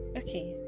okay